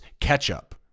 ketchup